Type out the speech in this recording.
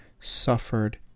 suffered